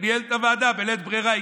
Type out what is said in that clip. הוא ניהל את הוועדה בלית ברירה,